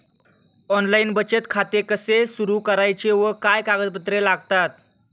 Online बचत खाते कसे सुरू करायचे व काय कागदपत्रे लागतात?